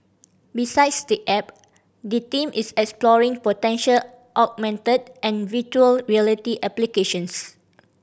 besides the app the team is exploring potential augmented and virtual reality applications